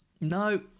No